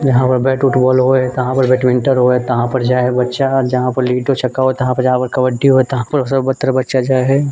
जहाँपर बैट उट बॉल होइ जहाँपर बैडमिंटन होइ हय तहाँपर जाइ हय बच्चा जहाँपर लूडो छक्का होइ तहाँपर जाइ हय कबड्डी तहाँपर सर्वत्र बच्चा जाइ हय